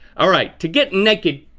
all right to get nekkid,